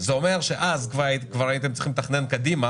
זה אומר שכבר אז הייתם צריכים לתכנן קדימה